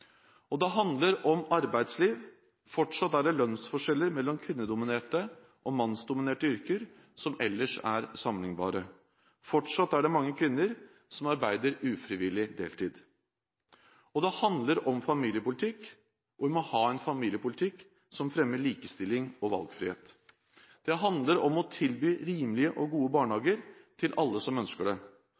Det handler om arbeidsliv: Fortsatt er det lønnsforskjeller mellom kvinnedominerte og mannsdominerte yrker som ellers er sammenlignbare. Fortsatt er det mange kvinner som arbeider ufrivillig deltid. Det handler om familiepolitikk: Vi må føre en familiepolitikk som fremmer likestilling og valgfrihet. Det handler om å tilby rimelige og gode barnehager til alle som ønsker det.